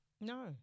No